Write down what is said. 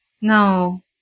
No